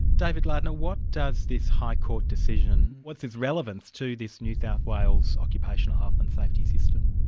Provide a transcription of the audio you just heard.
david lardner, what does this high court decision, what's its relevance to this new south wales occupation health and safety system?